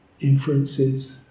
inferences